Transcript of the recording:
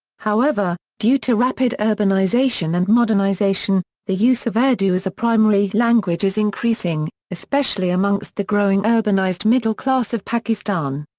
however, due to rapid urbanization and modernization, the use of urdu as a primary language is increasing, especially amongst the growing urbanized middle class of pakistan.